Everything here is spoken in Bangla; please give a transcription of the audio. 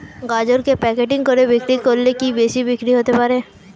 গাজরকে প্যাকেটিং করে বিক্রি করলে কি বেশি বিক্রি হতে পারে?